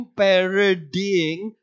parodying